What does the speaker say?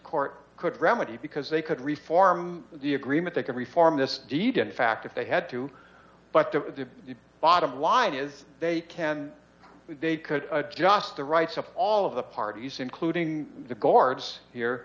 court could remedy because they could reform the agreement they could reform this deed in fact if they had to but the bottom line is they can they could adjust the rights of all of the parties including the guards